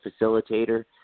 facilitator